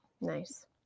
Nice